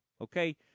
Okay